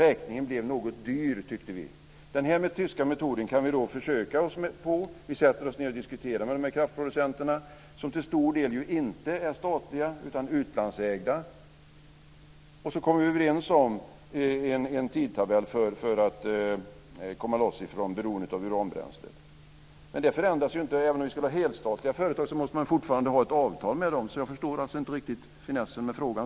Räkningen blev något dyr, tyckte vi. Vi kan försöka oss på den tyska metoden. Vi sätter oss ned och diskuterar med kraftproducenterna, som till stor del inte är statliga utan utlandsägda, och så kommer vi överens om en tidtabell för att komma loss ur beroendet av uranbränsle. Men det skulle inte förändras även om vi hade helstatliga företag. Man måste fortfarande ha ett avtal med dem. Jag förstår alltså inte riktigt finessen med frågan.